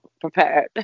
prepared